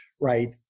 right